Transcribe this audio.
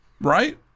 Right